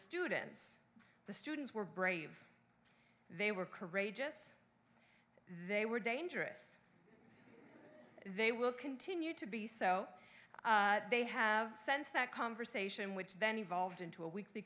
students the students were brave they were courageous they were dangerous they will continue to be so they have sensed that conversation which then evolved into a weekly